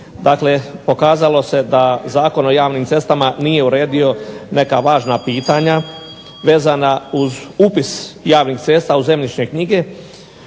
Dakle, pokazalo se da Zakon o javnim cestama nije uredio neka važna pitanja vezana uz upis javnih cesta u zemljišne knjige,